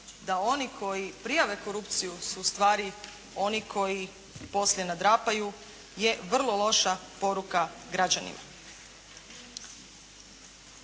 da oni koji prijave korupciju su ustvari oni koji poslije nadrapaju je vrlo loša poruka građanima.